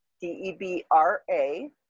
D-E-B-R-A